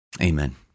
Amen